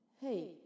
Hey